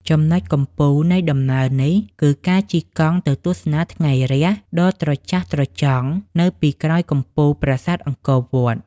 ចំណុចកំពូលនៃដំណើរនេះគឺការជិះកង់ទៅទស្សនាថ្ងៃរះដ៏ត្រចះត្រចង់នៅពីក្រោយកំពូលប្រាសាទអង្គរវត្ត។